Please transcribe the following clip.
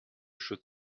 should